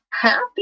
happy